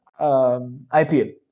IPL